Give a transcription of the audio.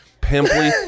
pimply